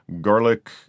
garlic